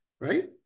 Right